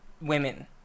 women